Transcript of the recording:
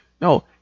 No